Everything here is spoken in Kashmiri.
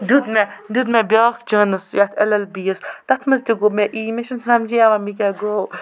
دیُت مےٚ دیُت مےٚ بیٛاکھ چانٕس یَتھ اٮ۪ل اٮ۪ل بی یَس تَتھ منٛز تہِ گوٚو مےٚ یی مےٚ چھِنہٕ سمجھی یِوان مےٚ کیٛاہ گوٚو